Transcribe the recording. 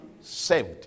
saved